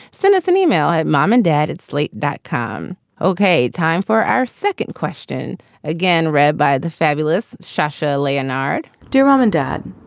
send us an email at mom and dad at slate that com. ok. time for our second question again. read by the fabulous sasha leonhard, dear mom and dad,